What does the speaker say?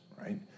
right